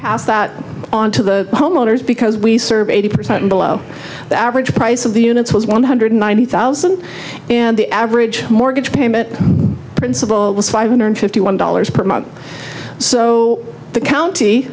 pass that on to the homeowners because we serve eighty percent below the average price of the units was one hundred ninety thousand and the average mortgage payment principle was five hundred fifty one dollars per month so the county